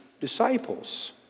disciples